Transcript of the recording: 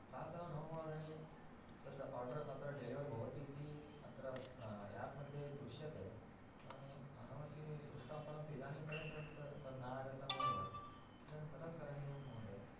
प्रातः नववादने तद् आर्डर् अत्र डेलिवर् भवति इति अत्र याप्मध्ये दृश्यते अहमपि दृष्टवान् परन्तु इदानीं पर्यन्तम् अपि तद् तद् नागतमेव इदानीम् कथं करणीयं महोदय